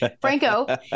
Franco